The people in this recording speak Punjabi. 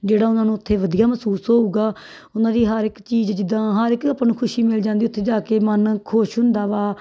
ਜਿਹੜਾ ਉਹਨਾਂ ਨੂੰ ਉੱਥੇ ਵਧੀਆ ਮਹਿਸੂਸ ਹੋਊਗਾ ਉਹਨਾਂ ਦੀ ਹਰ ਇੱਕ ਚੀਜ਼ ਜਿੱਦਾਂ ਹਰ ਇੱਕ ਆਪਾਂ ਨੂੰ ਖੁਸ਼ੀ ਮਿਲ ਜਾਂਦੀ ਉੱਥੇ ਜਾ ਕੇ ਮਨ ਖੁਸ਼ ਹੁੰਦਾ ਵਾ